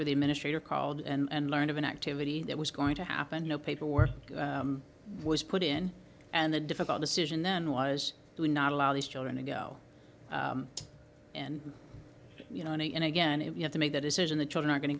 where the administrator called and learned of an activity that was going to happen no paperwork was put in and the difficult decision then was to not allow these children to go in you know in a and again if you have to make that decision the children are going to